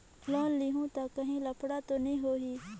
Loan लेहूं ता काहीं लफड़ा तो नी होहि?